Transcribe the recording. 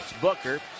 Booker